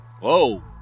Whoa